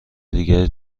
دیگری